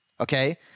okay